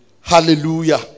Hallelujah